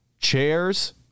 chairs